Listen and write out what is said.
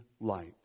light